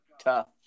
Tough